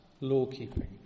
law-keeping